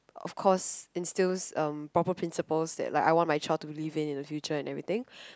of course instills um proper principals that like I want my child to believe in in the future and everything